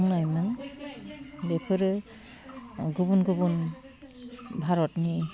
खोनायोमोन बेफोरो गुबुन गुबुन भारतनि